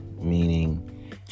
meaning